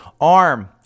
ARM